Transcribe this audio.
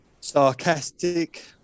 sarcastic